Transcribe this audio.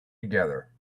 together